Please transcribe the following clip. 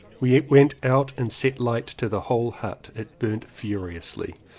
we went out and set light to the whole hut. it burnt furiously.